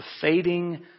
fading